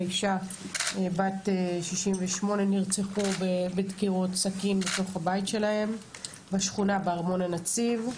האישה בת 68 נרצחו בדקירות סכין בתוך הבית שלהם בשכונה בארמון הנציב.